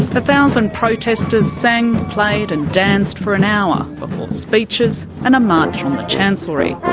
a thousand protestors sang, played and danced for an hour, before speeches and a march on the chancellery.